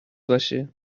باشه